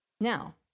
Now